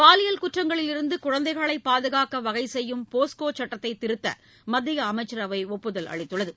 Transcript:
பாலியல் குற்றங்களிலிருந்தகுழந்தைகளைபாதுகாக்கவகைசெய்யும் போஸ்கோசட்டத்தைதிருத்தமத்தியஅமைச்சரவைஒப்புதல் அளித்துள்ளது